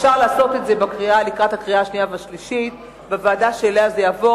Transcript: אפשר לעשות את זה לקראת הקריאה השנייה והשלישית בוועדה שאליה זה יעבור.